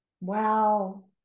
wow